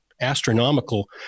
astronomical